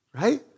right